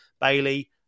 Bailey